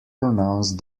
pronounced